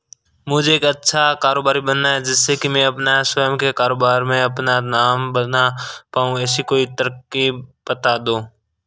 मुझे एक अच्छा कारोबारी बनना है जिससे कि मैं अपना स्वयं के कारोबार में अपना नाम बना पाऊं ऐसी कोई तरकीब पता दो?